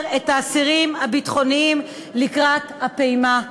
את האסירים הביטחוניים לקראת הפעימה הרביעית.